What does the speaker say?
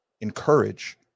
encourage